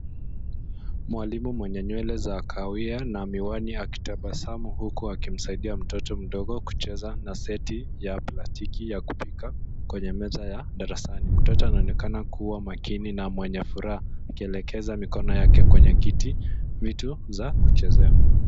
Mwalimu mwenye nywele za kahawia na miwani akitabasamu huko akimsaidia mtoto mdogo kucheza na seti ya plastiki ya kupika kwenye meza ya darasani. Mtoto anaonekana kuwa makini na mwenye furaha akielekeza mikono yake kwenye vitu za kuchezea.